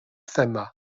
thema